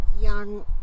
young